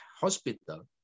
hospital